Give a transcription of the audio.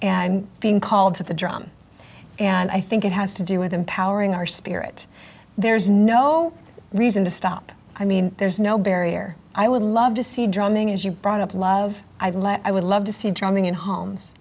and being called to the drum and i think it has to do with empowering our spirit there's no reason to stop i mean there's no barrier i would love to see drumming as you brought up love i've let i would love to see drumming in homes